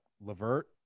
Levert